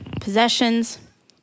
possessions